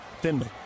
Finley